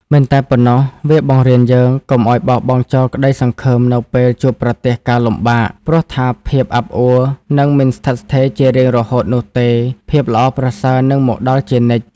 មិនតែប៉ុណ្ណោះ វាបង្រៀនយើងកុំឲ្យបោះបង់ចោលក្តីសង្ឃឹមនៅពេលជួបប្រទះការលំបាក ព្រោះថាភាពអាប់អួរនឹងមិនស្ថិតស្ថេរជារៀងរហូតនោះទេ ភាពល្អប្រសើរនឹងមកដល់ជានិច្ច។